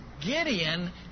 Gideon